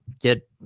get